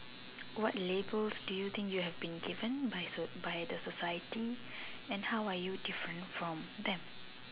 what labels do you think you have been given by by the society and how are you different from them